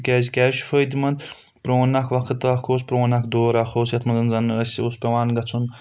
تِکیازِ کیازِ چھُ فٲیدٕ منٛد پرٛون اکھ وَقت اکھ اوس پرٛون اکھ دور اکھ اوس یَتھ منٛز زَن ٲسۍ اوس پیوان گژھُن